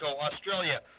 Australia